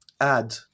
add